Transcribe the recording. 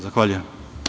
Zahvaljujem.